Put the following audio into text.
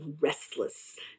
restless